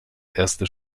erste